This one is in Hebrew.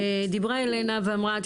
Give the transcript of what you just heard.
דיברה ילנה ואמרה,